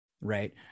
right